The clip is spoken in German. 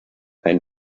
kein